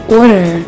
order